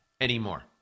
anymore